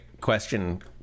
question